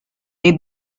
des